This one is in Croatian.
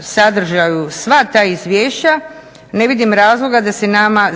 sadržaju sva ta izvješća ne vidim razloga da se nama